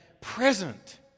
present